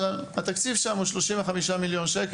התקציב שלנו הוא 35,000,000 ₪,